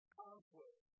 conflict